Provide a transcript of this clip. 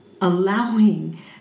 allowing